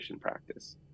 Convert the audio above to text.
practice